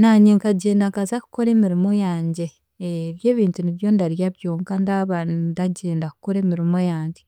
naanye nkagyenda nkaza kukora emirimo yangye, ebyo ebintu nibyo ndarya byonka ndaba ndagyenda kukora emirimo yangye